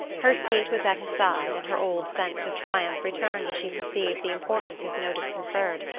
her seat was at his side, and her old sense of triumph returned as she perceived the importance his notice conferred,